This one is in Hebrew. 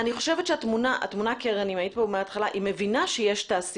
אם היית כאן בתחילת הדיון,